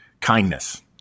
kindness